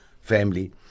family